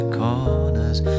corners